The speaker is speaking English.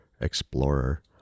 explorer